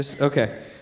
Okay